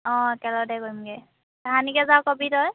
অঁ একেলগতে কৰিমগৈ কাহানিকৈ যাৱ ক'বি তই